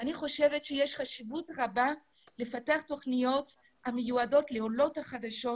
אני חושבת שיש חשיבות רבה לפתח תוכניות שמיועדות לעולות החדשות